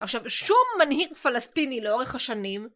עכשיו, שום מנהיג פלסטיני לאורך השנים...